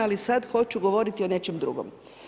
Ali sada hoću govoriti o nečem drugom.